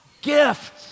Gift